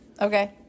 Okay